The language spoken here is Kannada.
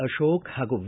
ಅಶೋಕ್ ಹಾಗೂ ವಿ